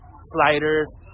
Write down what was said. sliders